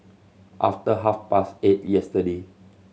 after half past eight yesterday